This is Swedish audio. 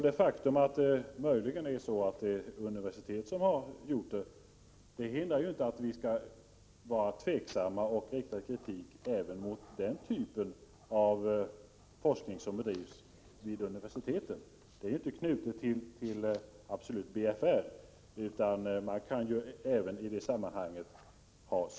Det faktum att det möjligen är vid ett universitet man har gjort avhandlingen hindrar inte att vi skall vara tveksamma och rikta kritik även mot den typ av forskning som bedrivs vid universiteten. Det är inte absolut knutet till BFR. Man kan ha synpunkter även i det sammanhanget.